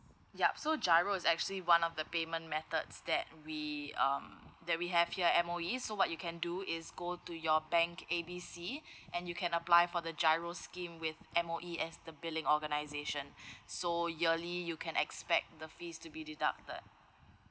yup so GIRO is actually one of the payment methods that we um that we have here M_O_E so what you can do is go to your bank A B C and you can apply for the GIRO scheme with M_O_E as the billing organisation so yearly you can expect the fees to be deducted